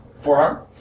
Forearm